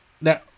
Now